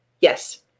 Yes